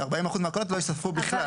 ו-40% מהקולות לא יספרו בכלל.